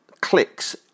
clicks